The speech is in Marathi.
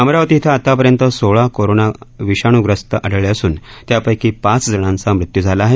अमरावती इथं आतापर्यंत सोळा कोरोना विषाणूग्रस्त आढळले असून त्यपैकी पाच जणांचा मृत्यू झाला आहे